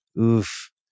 Oof